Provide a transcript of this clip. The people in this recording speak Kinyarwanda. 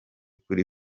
kuri